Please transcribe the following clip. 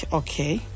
okay